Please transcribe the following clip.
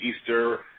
Easter